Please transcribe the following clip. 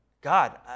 God